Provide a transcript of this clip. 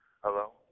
hello